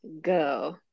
go